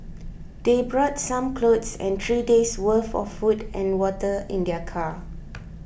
they brought some clothes and three days' worth of food and water in their car